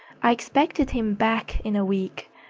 i expected him back in a week,